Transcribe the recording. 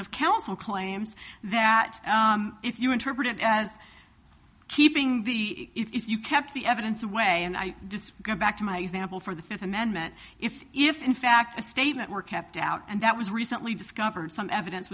of counsel claims that if you interpret it as keeping the if you kept the evidence away and i just go back to my example for the fifth amendment if if in fact a statement were kept out and that was recently discovered some evidence